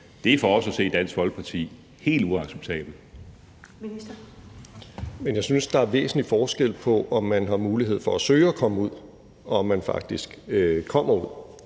er for os i Dansk Folkeparti at se helt uacceptabelt.